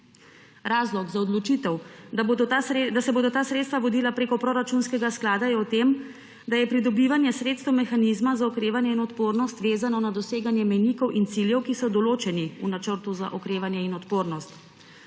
Razlog za odločitev, da se bodo ta sredstva vodila preko proračunskega sklada, je v tem, da je pridobivanje sredstev mehanizma za okrevanje in odpornost vezano na doseganje mejnikov in ciljev, ki so določeni v Načrtu za okrevanje in odpornost.